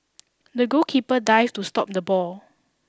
the goalkeeper dived to stop the ball